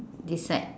this side